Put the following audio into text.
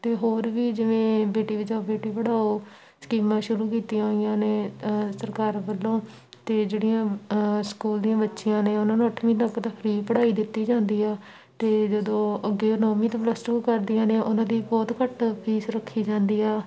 ਅਤੇ ਹੋਰ ਵੀ ਜਿਵੇਂ ਬੇਟੀ ਬਚਾਓ ਬੇਟੀ ਪੜਾਓ ਸਕੀਮਾਂ ਸ਼ੁਰੂ ਕੀਤੀਆਂ ਹੋਈਆਂ ਨੇ ਸਰਕਾਰ ਵੱਲੋਂ ਅਤੇ ਜਿਹੜੀਆਂ ਸਕੂਲ ਦੀਆਂ ਬੱਚੀਆਂ ਨੇ ਉਹਨਾਂ ਨੂੰ ਅੱਠਵੀਂ ਤੱਕ ਤਾਂ ਫ੍ਰੀ ਪੜ੍ਹਾਈ ਦਿੱਤੀ ਜਾਂਦੀ ਹੈ ਅਤੇ ਜਦੋਂ ਅੱਗੇ ਨੌਵੀਂ ਤੋਂ ਪਲੱਸ ਟੂ ਕਰਦੀਆਂ ਨੇ ਉਹਨਾਂ ਦੀ ਬਹੁਤ ਘੱਟ ਫੀਸ ਰੱਖੀ ਜਾਂਦੀ ਹੈ